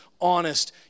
honest